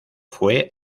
fue